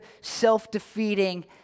self-defeating